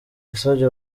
yasabye